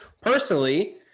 personally